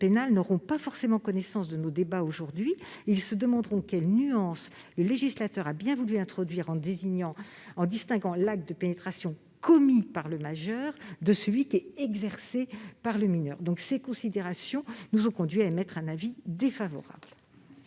pénal n'auront pas forcément connaissance de nos débats et se demanderont quelle nuance le législateur a voulu introduire en distinguant l'acte de pénétration « commis » par le majeur de celui qui est « exercé » par le mineur. Ces considérations nous ont donc conduits à émettre un avis défavorable